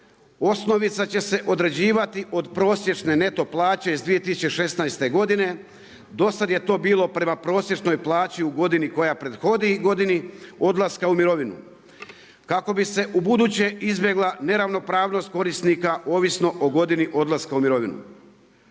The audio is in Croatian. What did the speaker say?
osnovica će se određivati od prosječne neto plaće iz 2016. godine. Do sada je to bilo prema prosječnoj plaći u godini koja prethodi godini odlaska u mirovinu kako bi se ubuduće izbjegla neravnopravnost korisnika ovisno o godini odlaska u mirovinu.